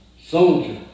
soldier